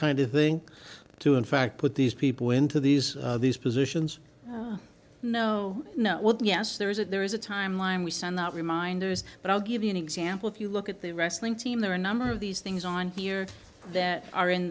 kind of thing to in fact put these people into these these positions no no yes there is it there is a time line we send that reminders but i'll give you an example if you look at the wrestling team there are a number of these things on here that are in